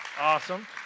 Awesome